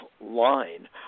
line